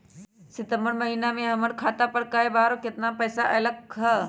सितम्बर महीना में हमर खाता पर कय बार बार और केतना केतना पैसा अयलक ह?